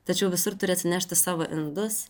tačiau visur turi atsinešti savo indus